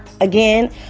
again